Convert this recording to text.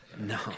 No